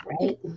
Right